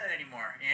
anymore